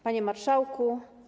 Panie Marszałku!